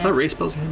but ray spells,